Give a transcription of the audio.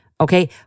okay